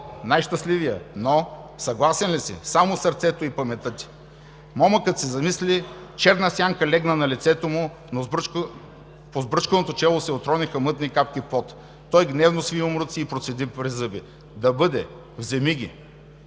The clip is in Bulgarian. най-щастливият!... Но? Съгласен ли си: само сърцето и паметта си. Момъкът се замисли, черна сянка легна на лицето му, по сбръчканото чело се отрониха мътни капки пот. Той гневно сви юмруци и процеди през зъби: Да бъде! Вземи ги.